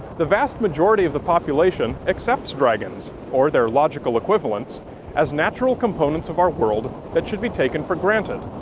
the vast majority of the population accepts dragons or their logical equivalents as natural components of our world that should be taken for granted.